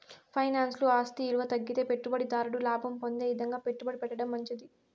ఫైనాన్స్ల ఆస్తి ఇలువ తగ్గితే పెట్టుబడి దారుడు లాభం పొందే ఇదంగా పెట్టుబడి పెట్టడం మంచిది